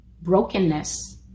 brokenness